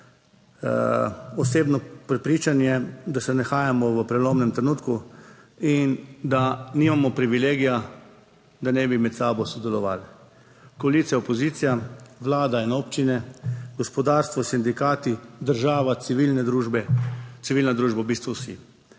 osebno prepričanje, da se nahajamo v prelomnem trenutku in da nimamo privilegija, da ne bi med sabo sodelovali koalicija, opozicija, vlada in občine, gospodarstvo, sindikati, država, civilne družbe, civilna družba, v bistvu vsi.